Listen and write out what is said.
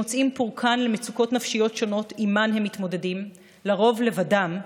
הם מוצאים פורקן למצוקות נפשיות שונות שעימן הם מתמודדים לרוב לבדם.